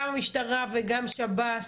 גם המשטרה וגם שב"ס,